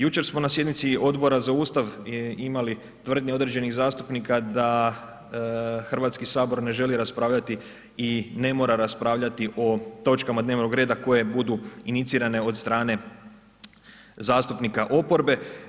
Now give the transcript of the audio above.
Jučer smo na sjednici Odbora za Ustav imali tvrdnje određenih zastupnika da HS ne želi raspravljati i ne mora raspravljati o točkama dnevnog reda koje budu inicirane od strane zastupnika oporbe.